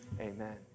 Amen